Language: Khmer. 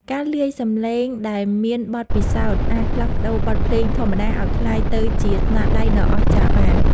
អ្នកលាយសំឡេងដែលមានបទពិសោធន៍អាចផ្លាស់ប្តូរបទភ្លេងធម្មតាឱ្យក្លាយទៅជាស្នាដៃដ៏អស្ចារ្យបាន។